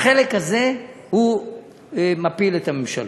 החלק הזה מפיל את הממשלה.